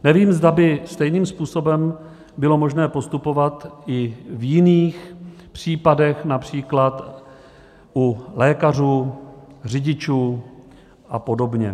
Nevím, zda by stejným způsobem bylo možné postupovat i v jiných případech, např. u lékařů, řidičů apod.